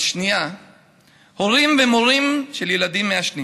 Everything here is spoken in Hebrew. אבל, 2. הורים ומורים של ילדים מעשנים